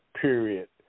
period